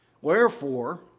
Wherefore